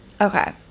Okay